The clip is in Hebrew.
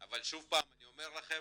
אבל שוב פעם אני אומר לכם